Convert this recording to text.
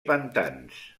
pantans